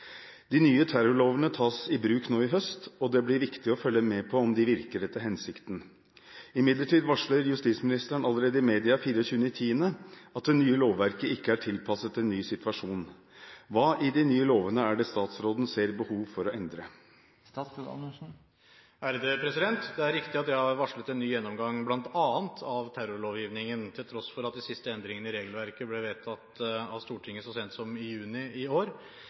De nye terrorlovene tas i bruk nå i høst, og det blir viktig å følge med på om de virker etter hensikten. Imidlertid varsler justisministeren allerede i media 24. oktober at det nye lovverket ikke er tilpasset en ny situasjon. Hva i de nye lovene er det statsråden ser behov for å endre?» Det er riktig at jeg har varslet en ny gjennomgang bl.a. av terrorlovgivningen, til tross for at de siste endringene i regelverket ble vedtatt av Stortinget så sent som i juni i år.